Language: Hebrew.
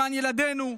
למען ילדינו.